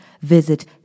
visit